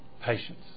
patience